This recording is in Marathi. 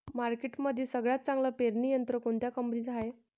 मार्केटमंदी सगळ्यात चांगलं पेरणी यंत्र कोनत्या कंपनीचं हाये?